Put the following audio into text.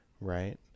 Right